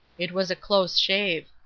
it was a close shave.